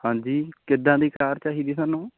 ਹਾਂਜੀ ਕਿੱਦਾਂ ਦੀ ਕਾਰ ਚਾਹੀਦੀ ਹੈ ਤੁਹਾਨੂੰ